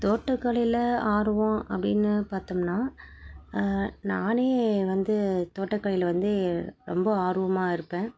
தோட்டக்கலையில் ஆர்வம் அப்படின்னு பார்த்தோம்னா நானே வந்து தோட்டக்கலையில் வந்து ரொம்ப ஆர்வமாக இருப்பேன்